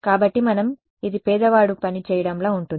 కాబట్టి మనం ఇది పేదవాడు పని చేయడంలా ఉంటుంది